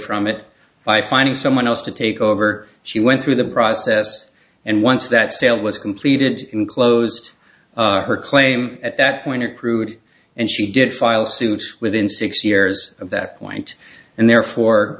from it by finding someone else to take over she went through the process and once that sale was completed in closed her claim at that point or crude and she did file suit within six years of that point and therefore